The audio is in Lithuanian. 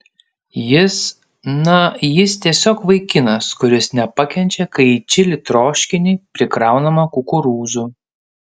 jis na jis tiesiog vaikinas kuris nepakenčia kai į čili troškinį prikraunama kukurūzų